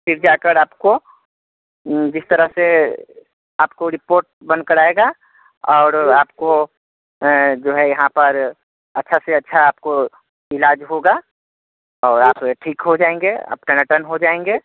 फिर जाकर आपको जिस तरह से आपको रिपोर्ट बनकर आएगा और आपको जो है यहाँ पर अच्छा से अच्छा से आपको इलाज होगा और आप ठीक हो जाएंगे आप टनाटन हो जाएंगे